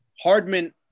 Hardman –